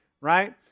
right